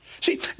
See